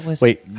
Wait